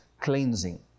cleansing